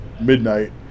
midnight